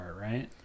Right